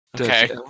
Okay